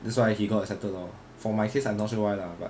that's why he got accepted lor for my case I'm not sure why lah but